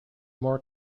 more